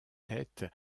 tête